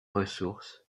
ressources